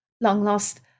long-lost